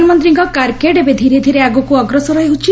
ପ୍ରଧାନମନ୍ତୀଙ୍କ କାର୍କେଡ୍ ଏବେ ଧୀରେ ଧୀରେ ଆଗକୁ ଅଗ୍ରସର ହେଉଛି